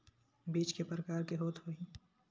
बीज के प्रकार के होत होही?